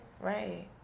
Right